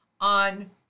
on